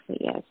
yes